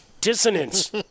dissonance